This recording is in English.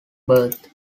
birth